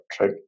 right